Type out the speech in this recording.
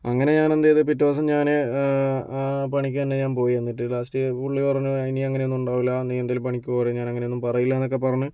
അങ്ങനെ ഞാൻ എന്ത് ചെയ്തു പിറ്റേ ദിവസം ഞാൻ ആ പണിക്ക് തന്നെ ഞാൻ പോയി എന്നിട്ട് ലാസ്റ്റ് പുള്ളി പറഞ്ഞു ഇനി അങ്ങനെയൊന്നും ഉണ്ടാകില്ല നീ എന്തായാലും പണിക്കു പോരെ ഞാൻ അങ്ങനെയൊന്നും പറയില്ലായെന്നൊക്കെ പറഞ്ഞ്